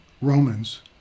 Romans